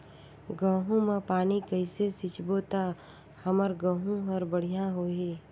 गहूं म पानी कइसे सिंचबो ता हमर गहूं हर बढ़िया होही?